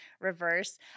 reverse